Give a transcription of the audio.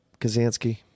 Kazansky